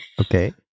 okay